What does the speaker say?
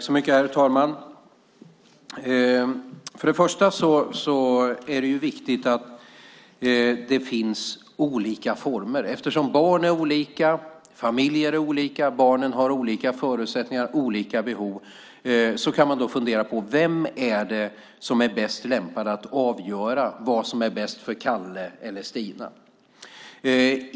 Herr talman! Först och främst är det viktigt att det finns olika former. Eftersom barn är olika, familjer är olika och barnen har olika förutsättningar och behov kan man fundera på vem som är bäst lämpad att avgöra vad som är bäst för Kalle eller Stina.